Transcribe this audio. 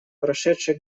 прошедший